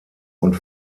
und